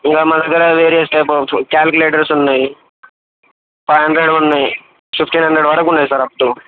ఇంకా మన దగ్గర వేరే టైప్ ఆఫ్ క్యాలిక్యులేటర్స్ ఉన్నాయి ఫైవ్ హండ్రెడ్వి ఉన్నాయి ఫిఫ్టీన్ హండ్రెడ్ వరకు ఉన్నాయి సార్ అప్ టూ